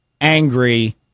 angry